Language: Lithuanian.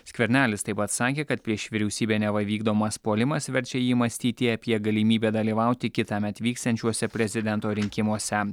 skvernelis taip pat sakė kad prieš vyriausybę neva vykdomas puolimas verčia jį mąstyti apie galimybę dalyvauti kitąmet vyksiančiuose prezidento rinkimuose